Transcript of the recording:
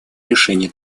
решения